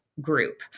group